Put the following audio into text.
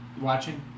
watching